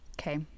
Okay